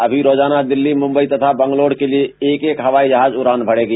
अभी रोजाना दिल्ली मुम्बई तथा बंगलोर के लिए एक एक हवाई जहाज उड़ान भरेगा